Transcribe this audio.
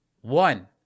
one